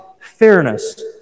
fairness